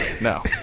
No